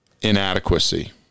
inadequacy